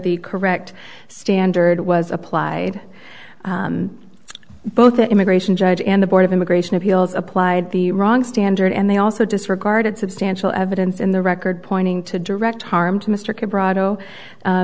the correct standard was applied both the immigration judge and the board of immigration appeals applied the wrong standard and they also disregarded substantial evidence in the record pointing to direct harm to mr